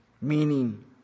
Meaning